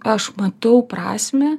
aš matau prasmę